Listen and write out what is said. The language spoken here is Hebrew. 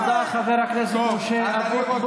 תודה, חבר הכנסת משה אבוטבול.